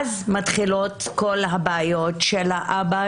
אז מתחילות הבעיות של האבא,